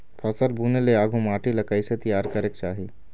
फसल बुने ले आघु माटी ला कइसे तियार करेक चाही?